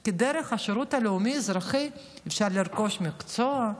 כי דרך השירות הלאומי-אזרחי אפשר לרכוש מקצוע,